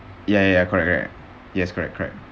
ya ya ya correct correct yes correct correct